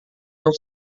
não